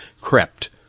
crept